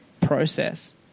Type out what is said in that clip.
process